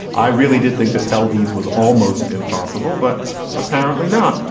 i really did think that pelvis was almost impossible, but apparently not.